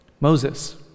Moses